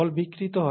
বল বিকৃত হয়